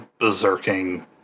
berserking